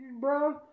bro